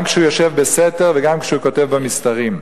גם כשהוא יושב בסתר וגם כשהוא כותב במסתרים,